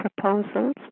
proposals